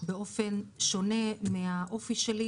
באופן שונה מהאופי שלי,